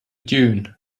dune